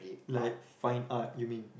like fine art you mean